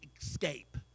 escape